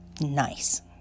Nice